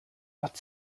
but